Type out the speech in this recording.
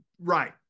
right